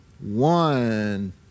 One